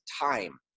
time